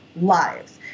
lives